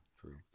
True